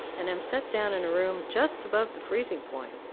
and am set down in a room just above the freezing-point,